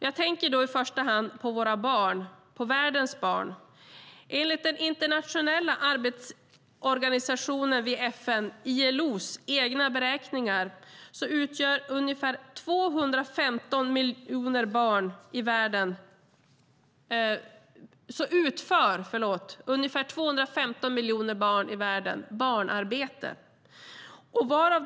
Jag tänker i första hand på våra barn, på världens barn. Enligt ILO:s, den internationella arbetsorganisationen i FN, egna beräkningar utför ungefär 215 miljoner barn i världen barnarbete.